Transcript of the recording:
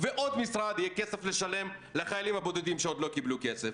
ועוד משרד יהיה כסף לשלם לחיילים בודדים שעוד לא קיבלו כסף,